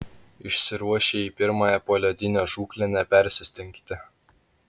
išsiruošę į pirmąją poledinę žūklę nepersistenkite